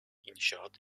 i̇nşaat